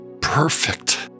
perfect